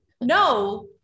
no